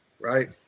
right